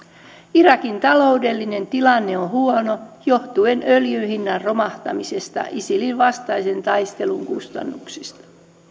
irakin taloudellinen tilanne on huono johtuen öljyn hinnan romahtamisesta ja isilin vastaisen taistelun kustannuksista